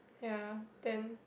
ya then